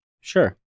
Sure